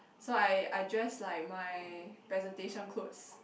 so I I dress like my presentation clothes